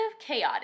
chaotic